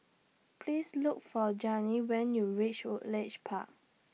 Please Look For Janine when YOU REACH Woodleigh Park